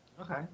Okay